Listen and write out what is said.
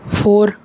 four